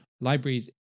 libraries